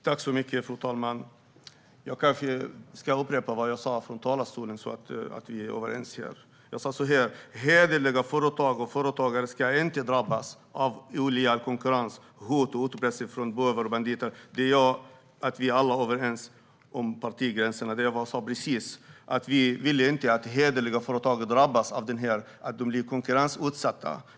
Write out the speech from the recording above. Fru talman! Jag ska upprepa vad jag sa från talarstolen, så att vi är överens här. Jag sa: Hederliga företag och företagare ska inte drabbas av illojal konkurrens, hot och utpressning från bovar och banditer. Det är vi alla över partigränserna överens om. Vi vill inte att hederliga företag drabbas av att bli konkurrensutsatta.